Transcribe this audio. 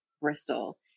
Bristol